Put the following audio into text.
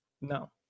no